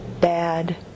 bad